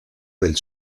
del